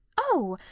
oh!